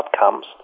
outcomes